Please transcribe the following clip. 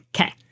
Okay